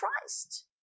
Christ